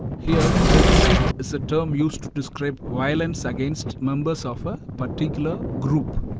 here, genocide is a term used to describe violence against members of a particular group.